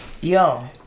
Yo